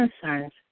concerns